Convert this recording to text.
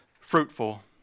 fruitful